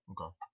Okay